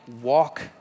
walk